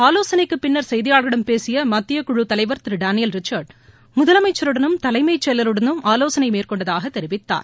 ஆலோசனைக்குப் பின்னர் செய்தியாளர்களிடம் பேசிய மத்தியக் குழு தலைவர் திரு டேனியல் ரிச்சர்டு முதலமைச்சருடனும் தலைமைச் செயலருடனும் ஆலோசனை மேற்கொண்டதாக்த தெரிவித்தார்